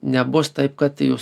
nebus taip kad jūs